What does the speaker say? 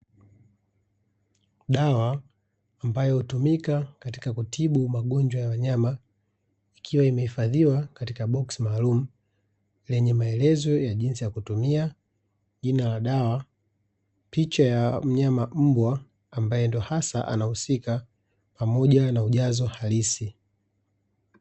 Dawa ambayo hutumika katika kutibu magonjwa ya wanyama, ikiwa imehifadhiwa katika boksi maalumu. Lenye maelezo ya jinsi ya kutumia, jina la dawa, picha ya mnyama mbwa ambaye ndiyo hasa anahusika, pamoja na ujazo halisi.